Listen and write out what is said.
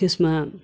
त्यसमा